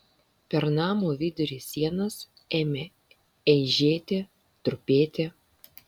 per namo vidurį sienos ėmė eižėti trupėti